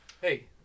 Hey